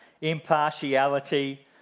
impartiality